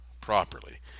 properly